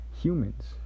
humans